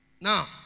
Now